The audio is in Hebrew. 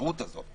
האפשרות הזו.